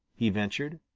he ventured.